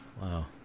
wow